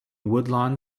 woodlawn